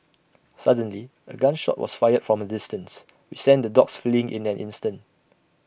suddenly A gun shot was fired from A distance which sent the dogs fleeing in an instant